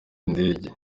indege